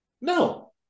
No